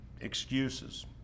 excuses